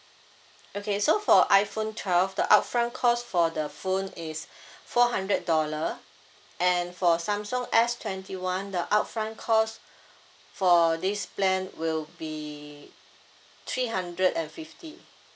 okay so for iphone twelve the upfront cost for the phone is four hundred dollar and for samsung S twenty one the upfront cost for this plan will be three hundred and fifty